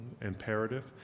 imperative